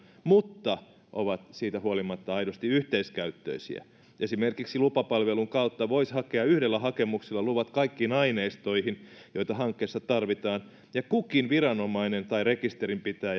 mutta ovat siitä huolimatta aidosti yhteiskäyttöisiä esimerkiksi lupapalvelun kautta voisi hakea yhdellä hakemuksella luvat kaikkiin aineistoihin joita hankkeessa tarvitaan ja kukin viranomainen tai rekisterinpitäjä